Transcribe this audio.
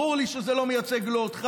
ברור לי שזה לא מייצג לא אותך,